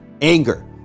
Anger